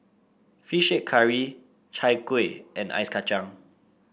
fish head curry Chai Kueh and Ice Kacang